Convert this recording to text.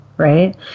Right